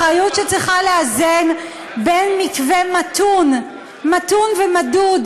אחריות שצריכה לאזן בין מתווה מתון ומדוד,